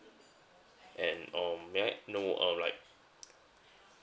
and um may I know uh like